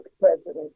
President